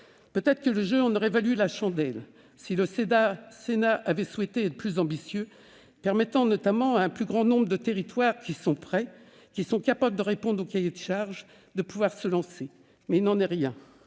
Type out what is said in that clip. Peut-être le jeu en aurait-il valu la chandelle si le Sénat avait souhaité être plus ambitieux, afin de permettre à un plus grand nombre de territoires qui sont prêts et capables de répondre au cahier des charges de se lancer, mais il n'en est rien.